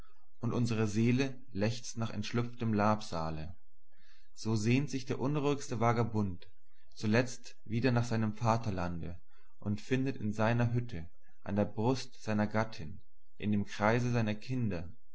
und unsere seele lechzt nach entschlüpftem labsale so sehnt sich der unruhigste vagabund zuletzt wieder nach seinem vaterlande und findet in seiner hütte an der brust seiner gattin in dem kreise seiner kinder